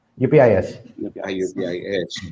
UPIS